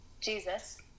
Jesus